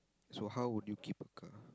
so how would you keep a car